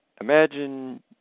imagine